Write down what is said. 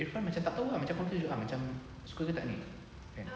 irfan macam tak tahu ah macam confused juga ah macam suka ke tak ni kan